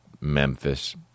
Memphis